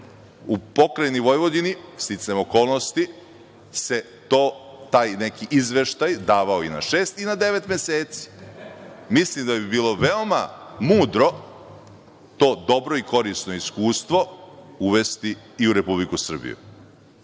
U Pokrajini Vojvodini sticajem okolnosti se to, taj neki izveštaj davao i na šest i na devet meseci. Mislim da bi bilo veoma mudro to dobro i korisno iskustvo uvesti i u Republiku Srbiju. Pa,